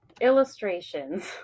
illustrations